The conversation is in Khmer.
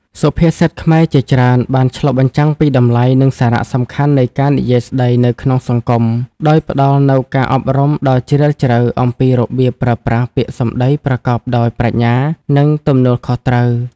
សុភាសិតខ្មែរជាច្រើនបានឆ្លុះបញ្ចាំងពីតម្លៃ និងសារៈសំខាន់នៃការនិយាយស្តីនៅក្នុងសង្គម ដោយផ្តល់នូវការអប់រំដ៏ជ្រាលជ្រៅអំពីរបៀបប្រើប្រាស់ពាក្យសម្ដីប្រកបដោយប្រាជ្ញា និងទំនួលខុសត្រូវ។